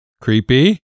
Creepy